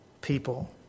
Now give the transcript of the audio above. people